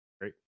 Great